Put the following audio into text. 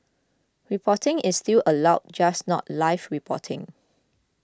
reporting is still allowed just not live reporting